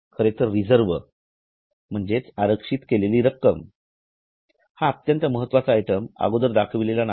खरेतर रिजर्व म्हणजे आरक्षित केलेली रक्कम हा अत्यंत महत्वाचा आयटम अगोदर दाखवलेला नाही